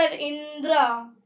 Indra